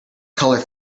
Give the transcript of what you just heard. color